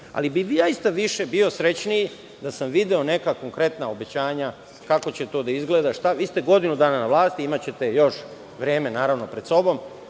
Zaista bih više bio srećniji da sam video neka konkretna obećanja kako će to da izgleda. Vi ste godinu dana na vlasti, imaćete još vremena, naravno, pred sobom.